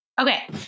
Okay